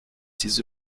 diese